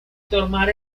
tomar